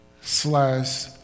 slash